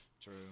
True